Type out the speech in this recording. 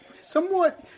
somewhat